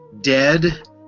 dead